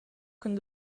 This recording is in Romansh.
cun